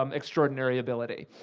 um extraordinary ability.